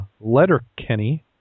Letterkenny